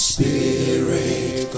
Spirit